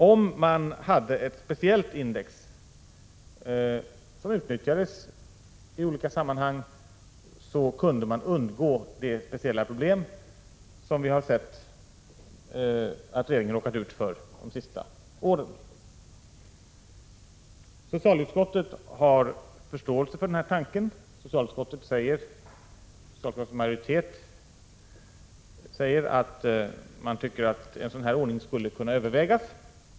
Om man hade ett speciellt index som utnyttjades i olika sammanhang kunde man undgå det speciella problem som vi har sett att regeringen råkat ut för de senaste åren. Socialutskottet har förståelse för den här tanken. Socialutskottets majoritet säger att man tycker att en sådan ordning skulle kunna övervägas.